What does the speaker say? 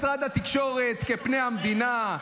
משרד התקשורת כפני המדינה,